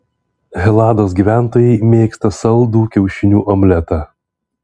helados gyventojai mėgsta saldų kiaušinių omletą